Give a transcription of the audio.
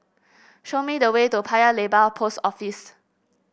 show me the way to Paya Lebar Post Office